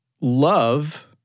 love